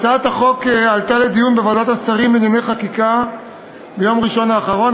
הצעת החוק עלתה לדיון בוועדת השרים לענייני חקיקה ביום ראשון האחרון,